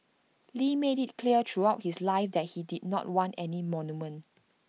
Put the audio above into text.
lee made IT clear throughout his life that he did not want any monument